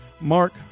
Mark